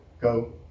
go